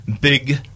big